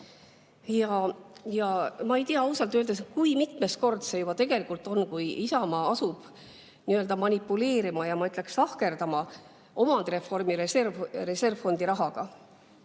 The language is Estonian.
Ja ma ei tea ausalt öeldes, kui mitmes kord see juba tegelikult on, kui Isamaa asub manipuleerima ja, ma ütleksin, sahkerdama omandireformi reservfondi rahaga.